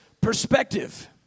perspective